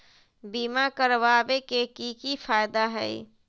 बीमा करबाबे के कि कि फायदा हई?